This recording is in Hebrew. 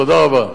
תודה רבה.